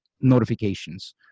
notifications